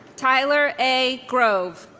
tyler a. grove